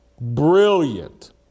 brilliant